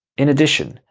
in addition,